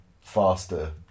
faster